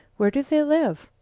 where do they live?